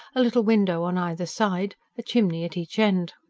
a little window on either side, a chimney at each end.